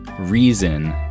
Reason